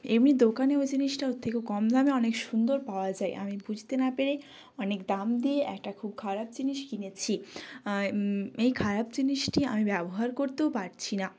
এমনি দোকানে ওই জিনিসটা ওর থেকেও কম দামে অনেক সুন্দর পাওয়া যায় আমি বুঝতে না পেরে অনেক কম দাম দিয়ে একটা খুব খারাপ জিনিস কিনেছি এই খারাপ জিনিসটি আমি ব্যবহার করতেও পারছি না